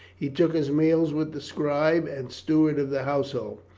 he took his meals with the scribe and steward of the household,